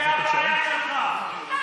זו הבעיה שלך.